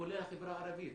כולל החברה הערבית,